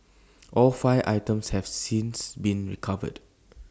all five items have since been recovered